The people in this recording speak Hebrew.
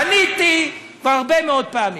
פניתי כבר הרבה מאוד פעמים.